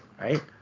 right